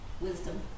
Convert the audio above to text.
Wisdom